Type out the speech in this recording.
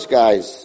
guys